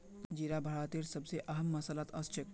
जीरा भारतेर सब स अहम मसालात ओसछेख